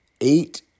eight